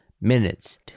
minutes